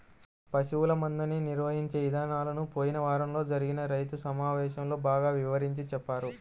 పశువుల మందని నిర్వహించే ఇదానాలను పోయిన వారంలో జరిగిన రైతు సమావేశంలో బాగా వివరించి చెప్పారు